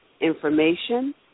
information